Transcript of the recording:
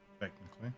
Technically